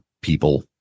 people